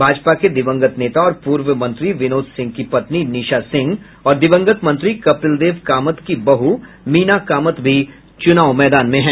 भाजपा के दिवंगत नेता और पूर्व मंत्री विनोद सिंह की पत्नी निशा सिंह और दिवंगत मंत्री कपिल देव कामत की बहू मीना कामत भी चुनावी मैदान में हैं